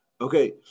Okay